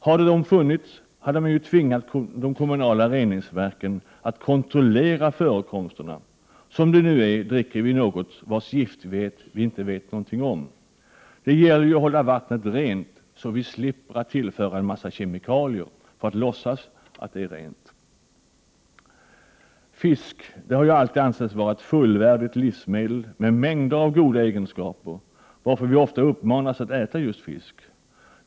Hade gränsvärdena funnits hade man tvingat de kommunala reningsverken att kontrollera förekomsterna. Som det nu är dricker vi något om vars giftighet vi inget vet. Det gäller att hålla vattnet rent så att vi slipper tillföra en mängd kemikalier för att låtsas att det är rent. Fisk har alltid ansetts vara ett fullvärdigt livsmedel med mängder av goda egenskaper, varför vi ofta uppmanas att äta just fisk.